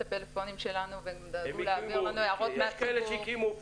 הפלאפונים שלנו והם דאגו להעביר לנו הערות מהציבור,